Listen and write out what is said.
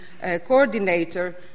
coordinator